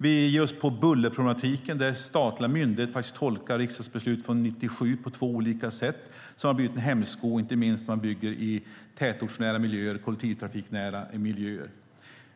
Vi tittar på bullerproblematiken, där statliga myndigheter tolkar riksdagsbeslut från 1997 på två olika sätt, vilket har blivit en hämsko inte minst när man bygger i tätortsnära och kollektivtrafiknära miljöer.